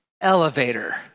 elevator